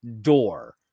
door